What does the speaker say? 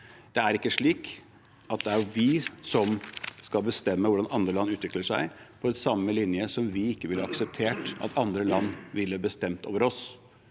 Det er ikke slik at det er vi som skal bestemme hvordan andre land utvikler seg, på samme linje som vi ikke ville akseptert at andre land ville bestemme over oss.